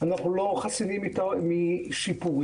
אנחנו לא חסינים משיפורים.